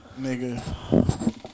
Nigga